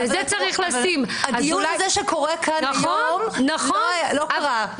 אבל הדיון הזה שקורה כאן היום לא קרה.